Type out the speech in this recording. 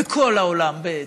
בכל העולם, בעצם.